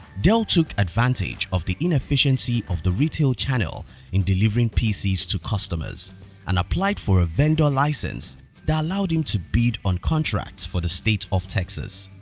dell took advantage of the inefficiency of the retail channel in delivering pcs to customers and applied for a vendor license that allowed him to bid on contracts for the state of texas.